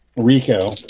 Rico